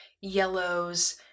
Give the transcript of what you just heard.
yellows